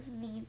need